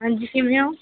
ਹਾਂਜੀ ਕਿਵੇਂ ਹੋ